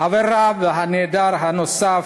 אברה והנעדר הנוסף